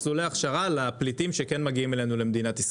מסלולי הכשרה לפליטים שכן מגיעים אלינו למדינת ישראל.